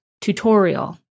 tutorial